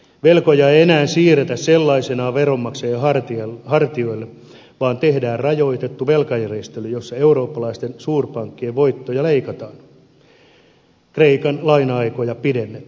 velkoja ei enää siirretä sellaisinaan veronmaksajan hartioille vaan tehdään rajoitettu velkajärjestely jossa eurooppalaisten suurpankkien voittoja leikataan kreikan laina aikoja pidennetään